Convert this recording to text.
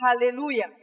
Hallelujah